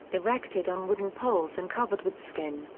erected on wooden poles and covered with skin,